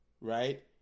Right